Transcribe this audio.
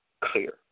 clear